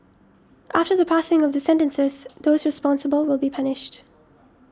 after the passing of the sentences those responsible will be punished